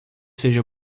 seja